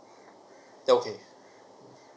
okay